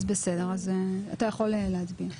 אז בסדר, אתה יכול להצביע.